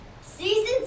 seasons